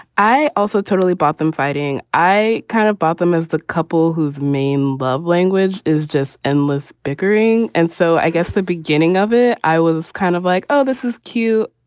i also totally bought them fighting. i kind of bought them as the couple whose main love language is just endless bickering. and so i guess the beginning of it, i was kind of like, oh, this is cute.